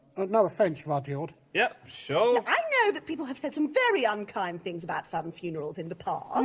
no offence, rudyard. yep, sure. i know that people have said some very unkind things about funn funerals in the past.